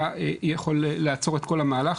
היה יכול לעצור את כל המהלך.